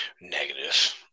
Negative